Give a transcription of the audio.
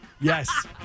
Yes